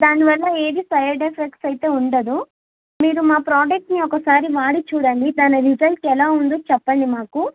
దానివల్ల ఏది side effects అయితే ఉండదు మీరు మా ప్రోడక్ట్ని ఒకసారి వాడి చూడండి దాని రిజల్ట్ ఎలా ఉందో చెప్పండి మాకు